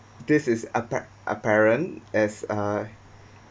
this is appa~ apparent as uh